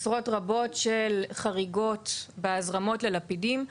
עשרות רבות של חריגות בהזרמות ללפידים.